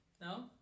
No